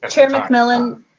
ah chair mcmillan,